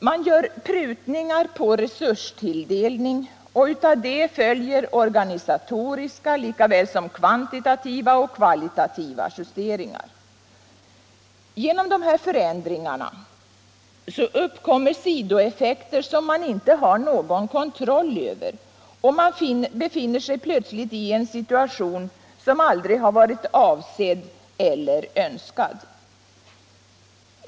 Man gör prutningar på resurstilldelning, och av det följer organisatoriska lika väl som kvantitativa och kvalitativa justeringar. Genom de här förändringarna uppkommer sidoeffekter som man inte har någon kontroll över, och man befinner sig plötsligt i en situation som aldrig har varit avsedd eller önskad.